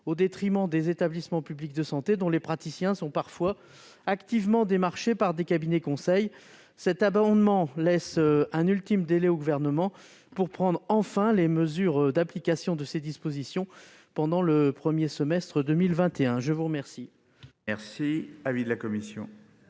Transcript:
au détriment des établissements publics de santé, dont les praticiens sont parfois activement démarchés par des cabinets de conseil. Cet amendement tend à accorder un ultime délai au Gouvernement pour prendre enfin les mesures d'application de ces dispositions, pendant le premier semestre de 2021. Quel